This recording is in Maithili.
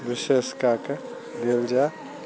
विशेष कए कऽ देल जाइ